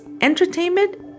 entertainment